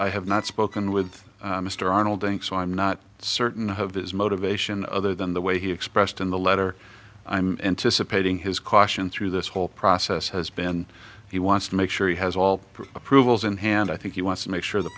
i have not spoken with mr arnold inc so i'm not certain of his motivation other than the way he expressed in the letter i'm anticipating his caution through this whole process has been he wants to make sure he has all approvals in hand i think he wants to make sure the